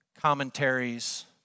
commentaries